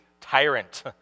tyrant